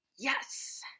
Yes